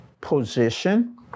position